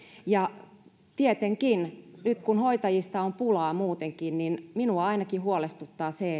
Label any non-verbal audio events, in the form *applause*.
tietenkin nyt kun hoitajista on pulaa muutenkin minua ainakin huolestuttaa se *unintelligible*